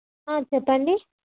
చెప్పండి